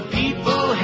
people